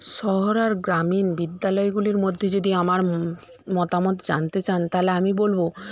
শহর আর গ্রামীণ বিদ্যালয়গুলির মধ্যে যদি আমার মতামত জানতে তাহলে আমি বলবো